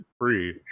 free